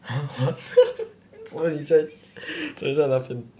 怎么你在那边